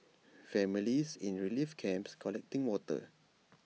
families in relief camps collecting water